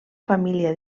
família